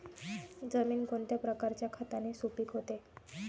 जमीन कोणत्या प्रकारच्या खताने सुपिक होते?